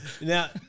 Now